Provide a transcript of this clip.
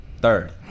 Third